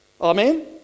Amen